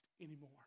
anymore